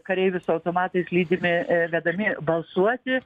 kareivių su automatais lydimi vedami balsuoti